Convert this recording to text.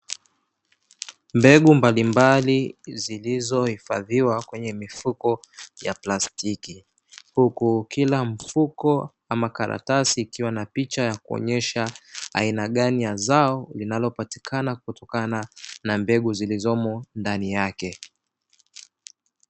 Mbegu mbalimbali zilizoifadhiwa kwenye mifuko ya plastiki, huku kila mfuko ama karatasi ikiwa na picha ya kuonyesha aina gani ya zao inayopatikana kutokana na mbegu zilizomo ndani yake.